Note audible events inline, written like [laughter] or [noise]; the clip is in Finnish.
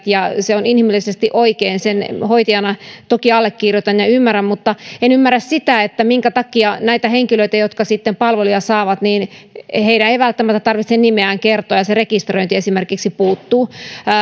[unintelligible] ja se on inhimillisesti oikein sen hoitajana toki allekirjoitan ja ymmärrän mutta en ymmärrä sitä minkä takia näiden henkilöiden jotka palveluja saavat ei välttämättä tarvitse nimeään kertoa ja esimerkiksi se rekisteröinti puuttuu